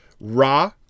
Ra